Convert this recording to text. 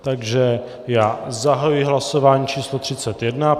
Takže zahajuji hlasování číslo 31.